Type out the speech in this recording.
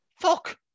Fuck